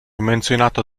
menzionato